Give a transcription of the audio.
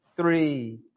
three